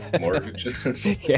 Mortgages